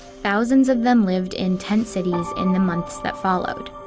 thousands of them lived in tents cities in the months that followed.